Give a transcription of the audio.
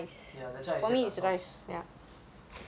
but for you rice is like plain [what]